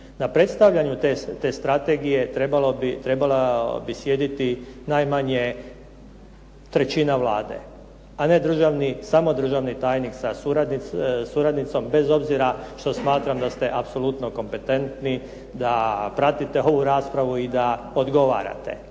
Na predstavljanju te strategije trebala bi sjediti najmanje trećina Vlade a ne samo državni tajnik sa suradnicom bez obzira što smatram da ste apsolutno kompetentni da pratite ovu raspravu i da odgovarate.